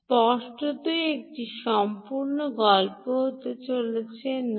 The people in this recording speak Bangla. স্পষ্টতই এটি সম্পূর্ণ গল্প হতে চলেছে না